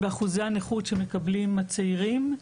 באחוזי הנכות שמקבלים הצעירים.